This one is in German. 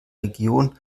region